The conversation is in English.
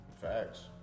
Facts